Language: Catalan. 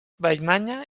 vallmanya